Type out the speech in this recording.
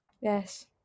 yes